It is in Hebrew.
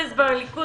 הכנסת.